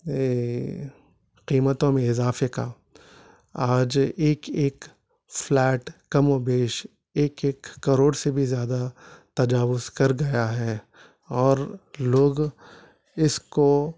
قیمتوں میں اضافے کا آج ایک ایک فلیٹ کم و بیش ایک ایک کروڑ سے بھی زیادہ تجاوز کر گیا ہے اور لوگ اس کو